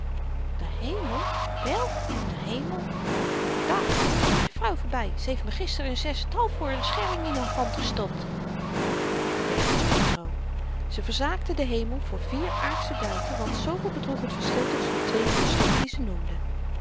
de hemel wel de hemel daar gaat de groentevrouw voorby ze heeft me gister n zesthalf voor n schelling in de hand gestopt weg was petr ze verzaakte den hemel voor vier aardsche duiten want zooveel bedroeg t verschil tusschen de twee muntstukken die ze noemde